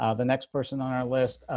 ah the next person our list.